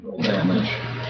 damage